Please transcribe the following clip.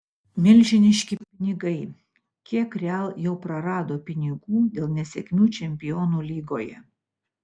milžiniški pinigai kiek real jau prarado pinigų dėl nesėkmių čempionų lygoje